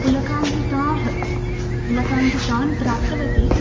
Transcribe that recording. पुलकाङ्किताः पुलकाङ्कितान् प्राप्तवती